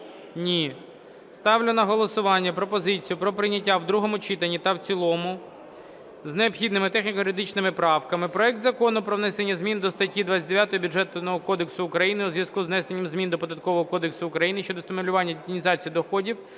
Ні. Ставлю на голосування пропозицію про прийняття в другому читанні та в цілому з необхідними техніко-юридичними правками проект Закону про внесення зміни до статті 29 Бюджетного кодексу України у зв'язку із внесенням змін до Податкового кодексу України щодо стимулювання детінізації доходів